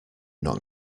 knock